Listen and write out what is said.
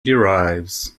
derives